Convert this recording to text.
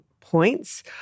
points